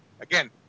again